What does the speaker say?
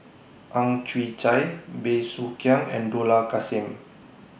Ang Chwee Chai Bey Soo Khiang and Dollah Kassim